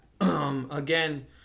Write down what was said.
again